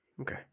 Okay